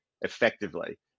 effectively